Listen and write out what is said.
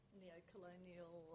neo-colonial